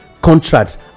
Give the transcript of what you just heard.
contracts